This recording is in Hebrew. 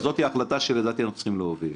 וזאת ההחלטה שלדעתי אנחנו צריכים להוביל.